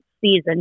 season